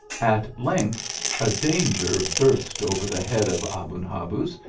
at length a danger burst over the head of aben habuz,